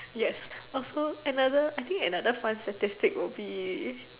yes also another I think another fun statistic would be